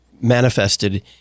manifested